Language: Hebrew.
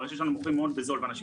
ברשת שלנו מוכרים מאוד בזול ואנשים